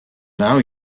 now